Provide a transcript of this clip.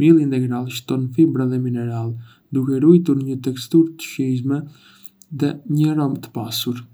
Mielli integral shton fibra dhe minerale, duke ruajtur një teksturë të shijshme dhe një aromë të pasur.